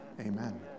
amen